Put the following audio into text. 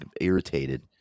irritated